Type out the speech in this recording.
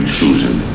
choosing